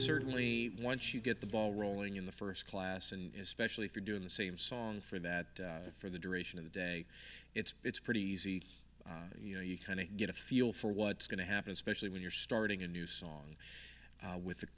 certainly once you get the ball rolling in the first class and especially if you're doing the same songs for that for the duration of the day it's it's pretty easy you know you kind of get a feel for what's going to happen especially when you're starting a new song with